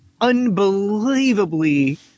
unbelievably